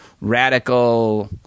radical